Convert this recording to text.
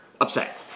upset